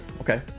Okay